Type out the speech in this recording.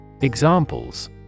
Examples